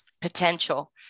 potential